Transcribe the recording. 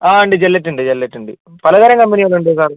അതെ ഉണ്ട് ജില്ലെറ്റ് ഉണ്ട് ജില്ലെറ്റ് ഉണ്ട് പലതരം കമ്പനികളുണ്ട് സാർ